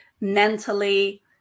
mentally